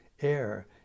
air